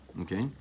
Okay